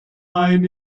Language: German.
main